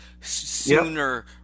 sooner